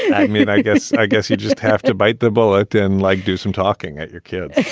i mean, i guess i guess you just have to bite the bullet and like do some talking at your kids to